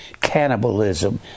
cannibalism